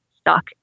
stuck